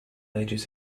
ages